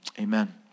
Amen